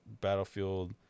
Battlefield